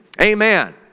Amen